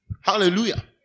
Hallelujah